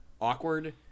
awkward